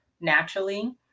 naturally